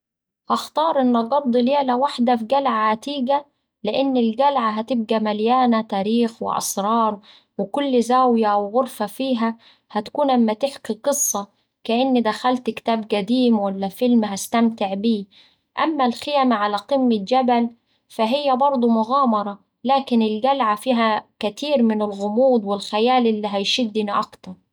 هختار إني أقضي ليلة واحدة في قلعة عتيقة لإن القلعة هتبقا مليانة تاريخ وأسرار وكل زاوية أو غرفة فيها هتكون أما تحكي قصة كأني دخلت كتاب قديم أو فيلم. أما الخيمة على قمة جبل فهيه برضه مغامرة لكن القلعة فيها كتير من الغموض والخيال اللي هيشدني أكتر.